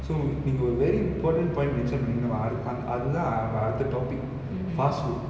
so நீங்க ஒரு:neenga oru very important point mentioned பண்ணி இருந்திங்க அடு அதுதான் அடுத்த:panni irunthinga adu athuthan adutha topic fast food